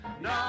No